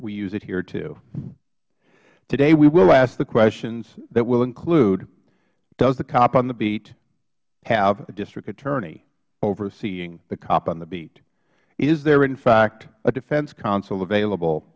we use it here too today we will ask the questions that will include does the cop on the beat have a district attorney overseeing the cop on the beat is there in fact a defense counsel available